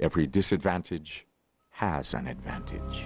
every disadvantage has an advantage